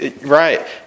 Right